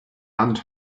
and